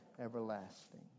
everlasting